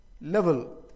level